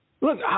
Look